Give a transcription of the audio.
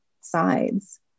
sides